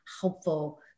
helpful